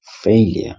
failure